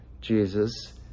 Jesus